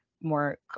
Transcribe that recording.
more